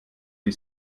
die